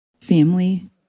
Family